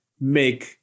make